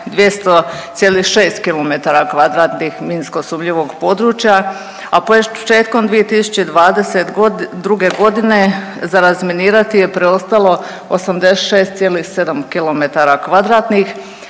200,6 km2 minsko sumnjivog područja, a početkom 2022. godine za razminirati je preostalo 86,7 km2.